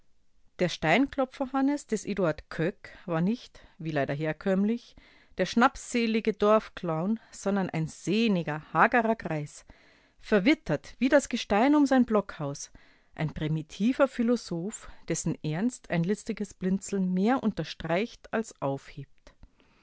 der steinklopferhannes des eduard köck war nicht wie leider herkömmlich der schnapsselige dorfclown sondern ein sehniger hagerer greis verwittert wie das gestein um sein blockhaus ein primitiver philosoph dessen ernst ein listiges blinzeln mehr unterstreicht als aufhebt